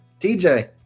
TJ